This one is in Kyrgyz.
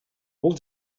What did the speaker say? бул